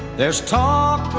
there's tom.